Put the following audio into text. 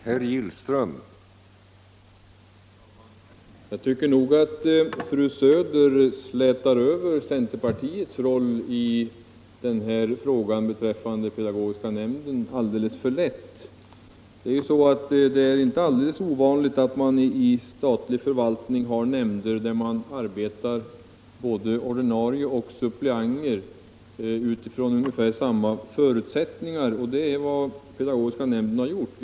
Herr talman! Jag tycker att fru Söder slätade över centerpartiets roll i pedagogiska nämnden. Det är ju inte alldeles ovanligt att i den statliga förvaltningen ha nämnder där både ordinarie ledamöter och suppleanter arbetar med utgångspunkt i ungefär samma förutsättningar. Och det är just vad pedagogiska nämnden har gjort.